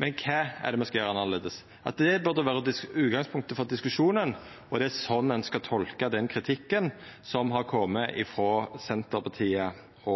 men kva er det me skal gjera annleis? Det burde vera utgangspunktet for diskusjonen, og det er sånn ein skal tolka den kritikken som har kome frå Senterpartiet